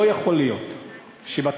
לא יכול להיות שבבתי-ספר